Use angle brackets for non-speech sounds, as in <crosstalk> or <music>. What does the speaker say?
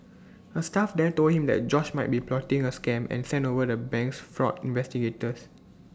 <noise> A staff there told him that George might be plotting A scam and sent over the bank's fraud investigators